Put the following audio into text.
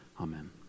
Amen